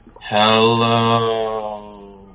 Hello